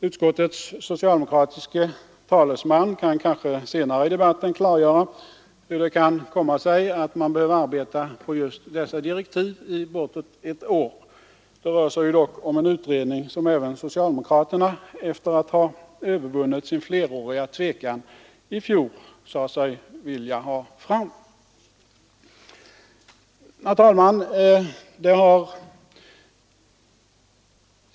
Utskottets socialdemokratiska talesman kan kanske senare i debatten klargöra hur det kan komma sig att man behöver arbeta på dessa direktiv i bortåt ett år. Det rör sig dock om en utredning som även socialdemokraterna, efter att ha övervunnit sin fleråriga tvekan, i fjol sade sig vilja ha fram. Herr talman!